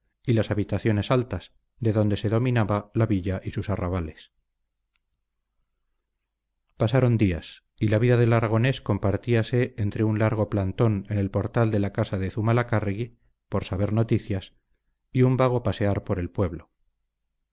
y las habitaciones altas de donde se dominaba la villa y sus arrabales pasaron días y la vida del aragonés compartíase entre un largo plantón en el portal de la casa de zumalacárregui por saber noticias y un vago pasear por el pueblo